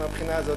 מהבחינה הזו,